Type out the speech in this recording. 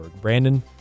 Brandon